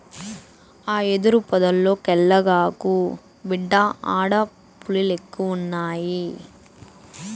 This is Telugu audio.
ఆ యెదురు పొదల్లోకెల్లగాకు, బిడ్డా ఆడ పులిలెక్కువున్నయి